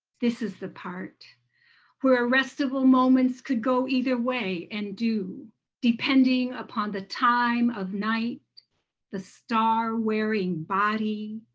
this is the part where arrestable moments could go either way and do depending upon the time of night the star-wearing body,